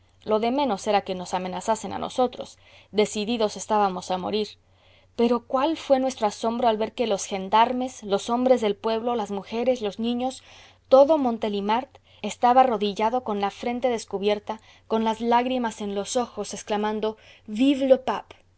lo de menos era que nos amenazasen a nosotros decididos estábamos a morir pero cuál fué nuestro asombro al ver que los gendarmes los hombres del pueblo las mujeres los niños todo montelimart estaba arrodillado con la frente descubierta con las lágrimas en los ojos exclamando